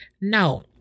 No